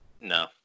No